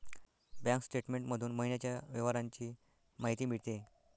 bank statement मधून महिन्याच्या व्यवहारांची माहिती मिळते